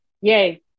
Yay